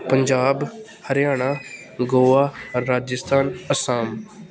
Punjab Haryana Goa Rajasthan Assam